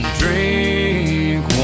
drink